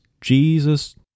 Jesus